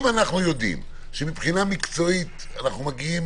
אם אנחנו יודעים שמבחינה מקצועית אנו מגיעים